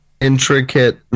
intricate